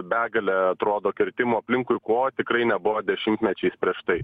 begalė atrodo kirtimų aplinkui ko tikrai nebuvo dešimtmečiais prieš tai